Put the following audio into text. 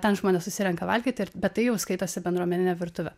ten žmonės susirenka valgyti ir bet tai jau skaitosi bendruomeninė virtuvė